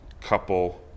couple